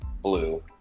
blue